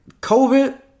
COVID